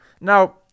Now